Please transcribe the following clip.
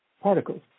particles